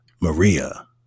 Maria